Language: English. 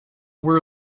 were